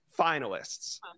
finalists